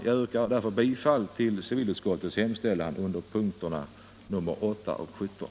Jag yrkar därför bifall till civilutskottets hemställan under punkterna 8 och 17.